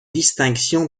distinction